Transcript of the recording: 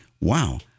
wow